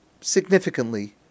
significantly